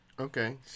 Okay